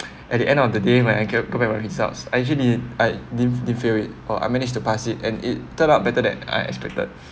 at the end of the day when I get get back my results I actually I didn't didn't fail it uh I managed to pass it and it turned out better than I expected